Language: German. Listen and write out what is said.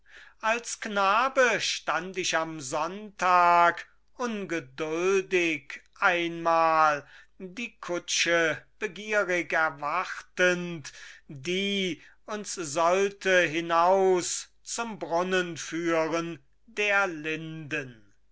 als knabe stand ich am sonntag ungeduldig einmal die kutsche begierig erwartend die uns sollte hinaus zum brunnen führen der linden